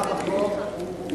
בחוק,